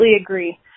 agree